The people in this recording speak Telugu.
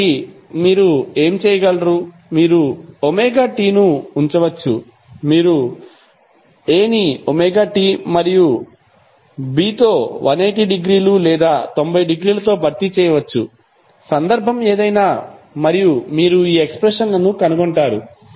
కాబట్టి మీరు ఏమి చేయగలరు మీరు ωt ను ఉంచవచ్చు మీరు A ని ωt మరియు B తో 180 డిగ్రీలు లేదా 90 డిగ్రీలతో భర్తీ చేయవచ్చు సందర్భం ఏదైనా మరియు మీరు ఈ ఎక్స్ప్రెషన్లను కనుగొంటారు